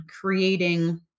creating